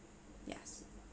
yes